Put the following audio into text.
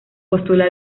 postula